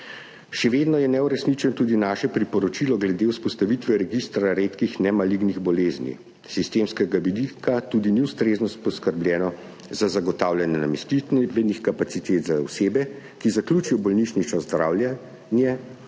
Še vedno je neuresničeno tudi naše priporočilo glede vzpostavitve registra redkih nemalignih bolezni. S sistemskega vidika tudi ni ustrezno poskrbljeno za zagotavljanje namestitvenih kapacitet za osebe, ki zaključijo bolnišnično zdravje,